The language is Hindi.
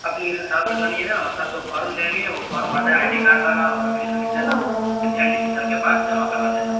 अप्लीकेशन साथ लगानी है औ सर जो फॉर्म देंगे वो फॉर्म भर देना आई डी कार्ड वाला और अप्लीकेशन लिख देना एल डी सी सर के पास जमा करवा देना